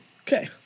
Okay